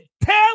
tell